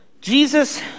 Jesus